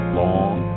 long